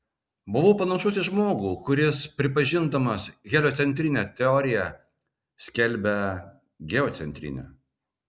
buvau panašus į žmogų kuris pripažindamas heliocentrinę teoriją skelbia geocentrinę